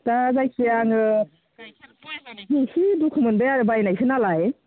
दा जायखिया आङो गायखेर बया जानायखौ एसे दुखु मोन्दों आरो बायनायसो नालाय